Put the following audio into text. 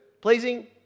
Pleasing